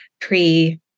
pre